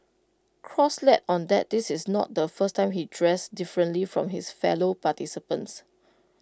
cross let on that this is not the first time he dressed differently from his fellow participants